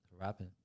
Rapping